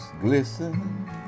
glisten